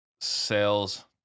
sales